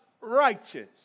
righteous